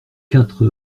quatre